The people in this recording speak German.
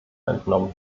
entnommen